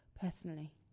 personally